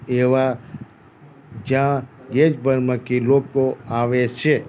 એવા જ્યાં દેશભરમાંથી લોકો આવે છે